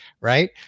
Right